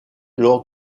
lors